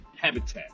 habitat